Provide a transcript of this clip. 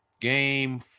Game